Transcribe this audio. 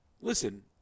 listen